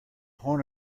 horn